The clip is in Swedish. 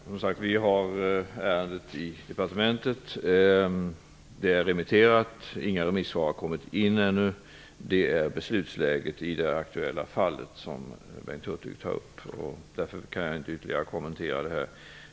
Fru talman! Ärendet finns hos departementet, som sagt. Det är remitterat. Inga remissvar har kommit in ännu. Det är läget i det aktuella fallet, som Bengt Hurtig tar upp. Jag kan därför inte ytterligare kommentera det.